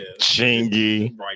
Chingy